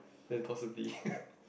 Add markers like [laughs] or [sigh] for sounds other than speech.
then possibly [laughs]